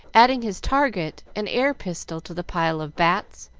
adding his target and air-pistol to the pile of bats,